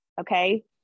okay